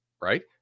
right